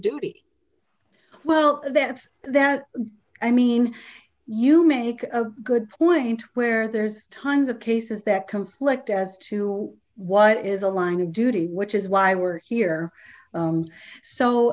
duty well that's that i mean you make a good point where there's tons of cases that conflict as to what is a line of duty which is why we're here